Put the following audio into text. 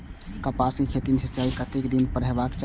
कपास के खेती में सिंचाई कतेक दिन पर हेबाक चाही?